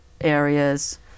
areas